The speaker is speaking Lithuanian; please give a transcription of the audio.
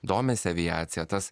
domisi aviacija tas